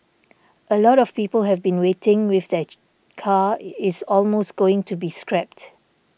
a lot of people have been waiting with their car is almost going to be scrapped